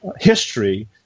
history